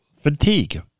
fatigue